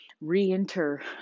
re-enter